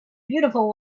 beautiful